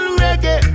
reggae